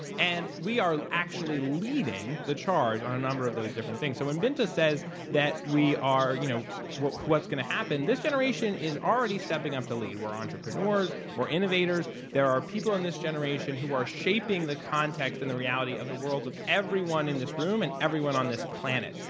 and we are actually leading the charge on a number of those different things. so when binta says that we are you know what's going to happen, this generation is already stepping up to lead, we're entrepreneurs, we're innovators, there are people in this generation who are shaping the context and the reality of the world of everyone in this room and everyone on this planet.